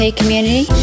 community